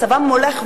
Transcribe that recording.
מצבם הולך ורע.